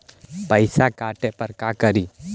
पैसा काटे पर का करि?